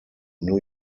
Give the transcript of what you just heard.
new